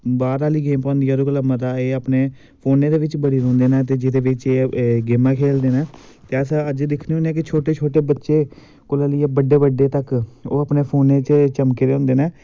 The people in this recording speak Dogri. बाह्र आह्लियां गेमां होंदियां ओह्दे कोला मता एह् अपने फोने दे बिच्च बड़े रौंह्दे नै ते जेह्दे बिच्च एह् गेमां खेलदे नै ते अस अज्ज दिक्खने होने कि छोटे छोटे बच्चे कोलों लेईयै बड्डें बड्डें तक ओह् अपनें फोनें च चमके दे होंदे नै